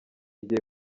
igiye